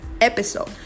episode